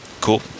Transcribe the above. Cool